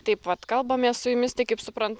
taip vat kalbamės su jumis tai kaip suprantu